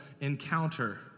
encounter